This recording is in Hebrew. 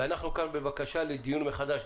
ואנחנו כאן בבקשה לדיון מחדש.